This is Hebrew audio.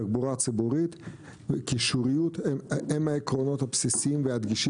תחבורה ציבורית וקישוריות הם העקרונות הבסיסיים והדגשים